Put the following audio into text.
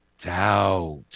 doubt